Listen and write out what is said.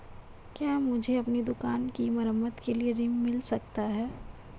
क्या मुझे अपनी दुकान की मरम्मत के लिए ऋण मिल सकता है?